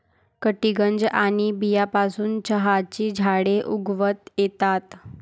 cuttings आणि बियांपासून चहाची झाडे उगवता येतात